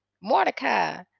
Mordecai